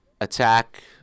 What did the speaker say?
attack